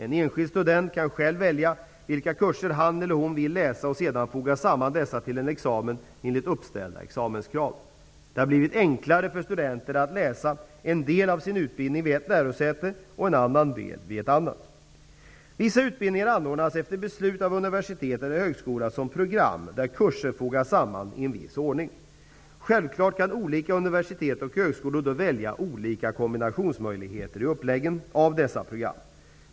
En enskild student kan själv välja vilka kurser som han eller hon vill läsa och sedan foga samman dessa till en examen enligt uppställda examenskrav. Det har blivit enklare för studenter att läsa en del av sin utbildning vid ett lärosäte och en annan del vid ett annat. Vissa utbildningar anordnas efter beslut av universitet eller högskola som program där kurser fogas samman i en viss ordning. Självklart kan olika universitet och högskolor då välja olika kombinationsmöjligheter i uppläggen av dessa program.